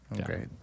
Okay